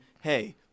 hey